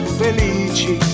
felici